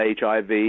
HIV